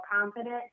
confident